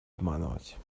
обманывать